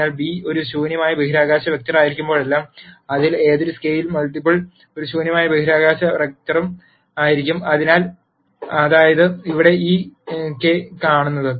അതിനാൽ β ഒരു ശൂന്യമായ ബഹിരാകാശ വെക്റ്ററായിരിക്കുമ്പോഴെല്ലാം അതിൽ ഏതെങ്കിലും സ്കെയിലർ മൾട്ടിപ്പിൾ ഒരു ശൂന്യമായ ബഹിരാകാശ വെക്റ്ററും ആയിരിക്കും അതാണ് ഇവിടെ ഈ കെ കാണുന്നത്